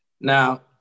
Now